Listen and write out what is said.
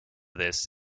this